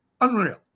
unreal